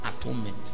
Atonement